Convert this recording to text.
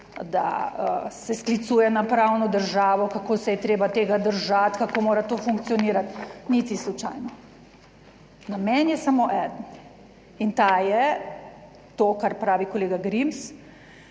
da se sklicuje na pravno državo, kako se je treba tega držati, kako mora to funkcionirati, niti slučajno. Namen je samo eden in ta je, to, kar pravi kolega Grims,